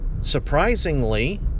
surprisingly